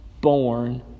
born